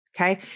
okay